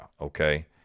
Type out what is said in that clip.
okay